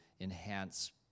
enhance